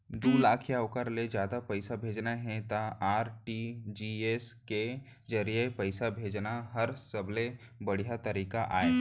दू लाख या ओकर ले जादा पइसा भेजना हे त आर.टी.जी.एस के जरिए पइसा भेजना हर सबले बड़िहा तरीका अय